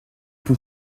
pour